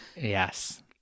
yes